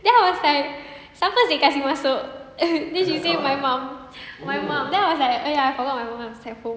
then I was like siapa seh kasi masuk then she said my mum my mum then I was like !haiya! I forgot my mum is at home